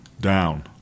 down